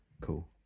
Cool